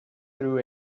through